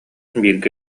бииргэ